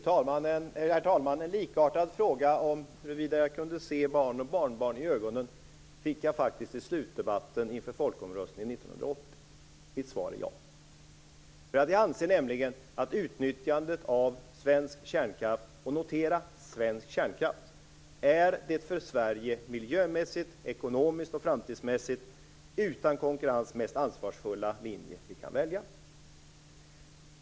Herr talman! En likartad fråga om huruvida jag kunde se barn och barnbarn i ögonen fick jag faktiskt i slutdebatten inför folkomröstningen 1980. Mitt svar är ja. Jag anser nämligen att utnyttjandet av svensk kärnkraft - notera att jag säger svensk kärnkraft - är den för Sverige miljömässigt, ekonomiskt och framtidsmässigt utan konkurrens mest ansvarsfulla linje vi kan välja.